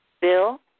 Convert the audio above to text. Bill